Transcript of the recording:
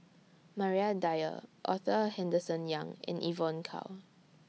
Maria Dyer Arthur Henderson Young and Evon Kow